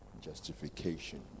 Justification